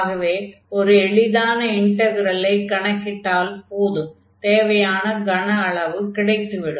ஆகவே ஒர் எளிதான இன்டக்ரலை கணக்கிட்டால் போதும் தேவையான கன அளவு கிடைத்து விடும்